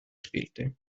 spielte